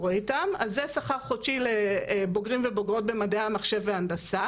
(שקף: שכר חודשי ממוצע לבוגרות ובוגרים מדעי המחשב והנדסה